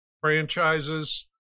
franchises